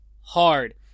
hard